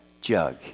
jug